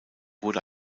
wurde